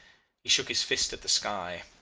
he shook his fist at the sky.